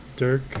Dirk